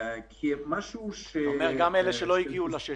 כמשהו --- גם אלה שלא הגיעו לשש